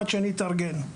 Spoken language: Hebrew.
עד שנתארגן.